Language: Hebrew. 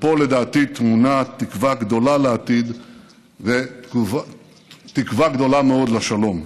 ופה לדעתי טמונה תקווה גדולה לעתיד ותקווה גדולה מאוד לשלום.